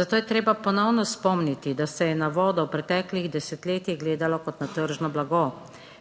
zato je treba ponovno spomniti, da se je na vodo v preteklih desetletjih gledalo kot na tržno blago.